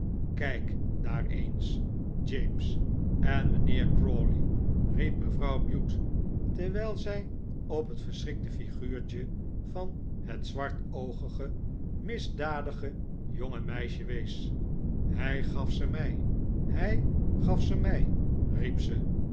kijk daar eens james en mijnheer crawley riep mevrouw bute terwijl zij op het verschrikte flguurtje van het zwartoogige misdadige jonge meisje wees hij gaf ze mij hij gaf ze mij